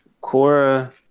Cora